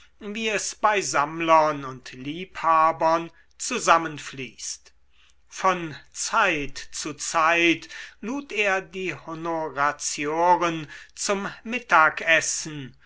wie es bei sammlern und liebhabern zusammenfließt von zeit zu zeit lud er die honoratioren zum mittagessen